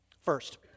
first